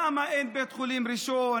למה אין בית חולים ראשון,